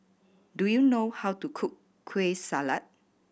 do you know how to cook Kueh Salat